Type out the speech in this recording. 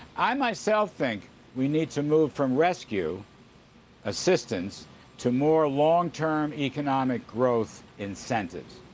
i myself think we need to move from rescue assistance to more long-term economic growth incentives.